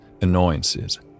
annoyances